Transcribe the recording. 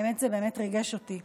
האמת, זה באמת ריגש אותי.